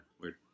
Weird